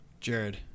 Jared